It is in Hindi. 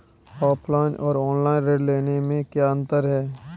ऑफलाइन और ऑनलाइन ऋण लेने में क्या अंतर है?